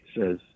says